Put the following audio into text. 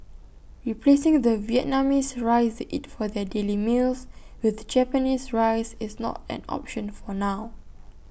replacing the Vietnamese rice they eat for their daily meals with Japanese rice is not an option for now